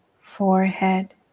forehead